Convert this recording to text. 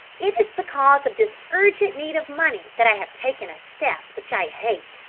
it is because of this urgent need of money that i have taken a step which i hate.